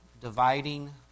dividing